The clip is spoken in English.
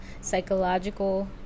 psychological